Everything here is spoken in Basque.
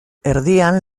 erdian